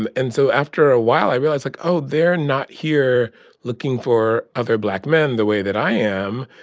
and and so after a while, i realized, like, oh. they're not here looking for other black men the way that i am.